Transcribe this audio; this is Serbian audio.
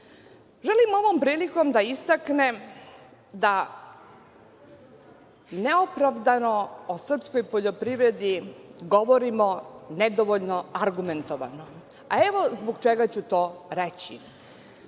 ovom prilikom da istaknem da neopravdano o srpskoj poljoprivredi govorimo nedovoljno argumentovano. Evo, zbog čega ću to i reći.